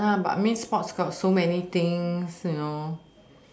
ya but mean sports got so many things you know